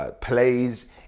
Plays